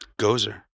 Gozer